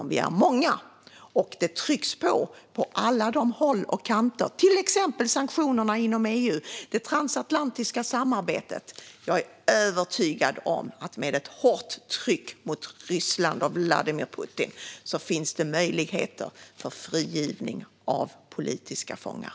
Om vi är många och det trycks på från alla håll och kanter - till exempel genom sanktionerna inom EU, det transatlantiska samarbetet - är jag övertygad om att det med ett hårt tryck mot Ryssland och Vladimir Putin finns möjligheter för frigivning av politiska fångar.